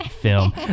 film